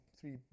three